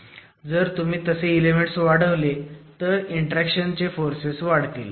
जर तुम्ही तसे इलेमेंट्स वाढवले तर इंटरॅक्शन फोर्सेस वाढतील